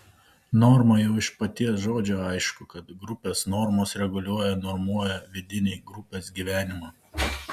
norma jau iš paties žodžio aišku kad grupės normos reguliuoja normuoja vidinį grupės gyvenimą